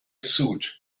suit